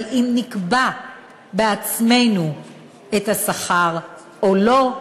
אבל אם נקבע בעצמנו את השכר או לא,